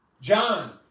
John